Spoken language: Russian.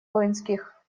воинских